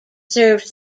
serves